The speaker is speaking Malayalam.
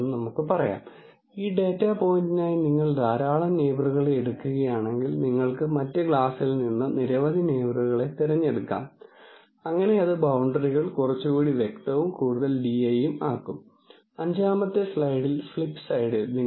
ചുരുക്കത്തിൽ ഡാറ്റാ സയൻസിൽ നിങ്ങൾ പരിഹരിക്കുന്ന മിക്ക പ്രോബ്ളങ്ങളെയും ക്ലാസിഫിക്കേഷൻ പ്രോബ്ളങ്ങൾ അല്ലെങ്കിൽ ഫംഗ്ഷൻ അപ്പ്രോക്സിമേഷൻ പ്രോബ്ളങ്ങൾ എന്നിങ്ങനെ തരംതിരിക്കാം അതായത് ഈ ലെക്ച്ചറിൽ നിന്നുള്ള ഒരു സന്ദേശം ഈ ഡാറ്റാ സയൻസ് പ്രോബ്ളങ്ങൾ പരിഹരിക്കുന്നതിന് നിരവധി ടെക്നിക്കുകൾ ഉണ്ട് എന്നതാണ്